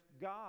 God